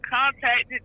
contacted